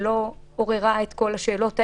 שלא עוררה את כל השאלות האלה,